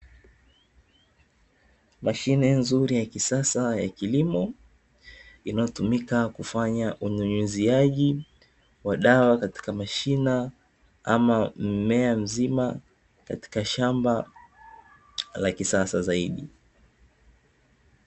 Mashine nzuri ya kisasa ya kilimo inayotumika kufanya unyunyuziaji wa dawa katika mashina ama mmea mzima katika shamba la kisasa zaidi.